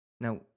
Now